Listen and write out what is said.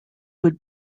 would